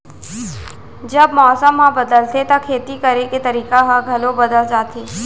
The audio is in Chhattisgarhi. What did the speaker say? जब मौसम ह बदलथे त खेती करे के तरीका ह घलो बदल जथे?